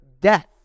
death